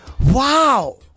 Wow